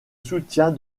soutien